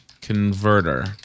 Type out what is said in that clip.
Converter